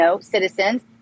citizens